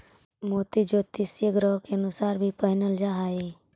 मोती ज्योतिषीय ग्रहों के अनुसार भी पहिनल जा हई